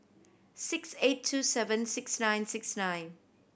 six eight two seven six nine six nine